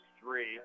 Three